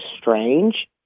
strange